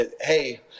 hey